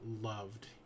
loved